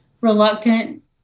reluctant